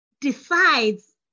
decides